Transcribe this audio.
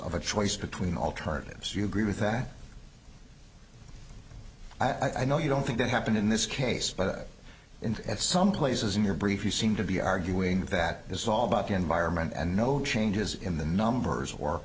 of a choice between alternatives you agree with that i know you don't think that happened in this case but in some places in your brief you seem to be arguing that it's all about the environment and no changes in the numbers or